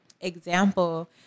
example